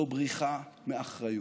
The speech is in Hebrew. זה בריחה מאחריות.